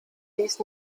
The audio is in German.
dies